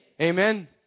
Amen